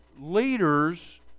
leaders